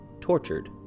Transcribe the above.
tortured